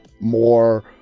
more